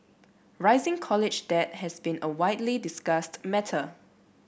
rising college debt has been a widely discussed matter